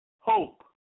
hope